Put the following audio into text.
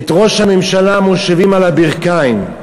את ראש הממשלה מושיבים על הברכיים.